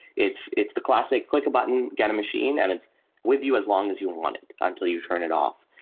it's it's the classic click a button, get a machine, and it's with you as long as you want it, until you turn it off.